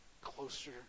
closer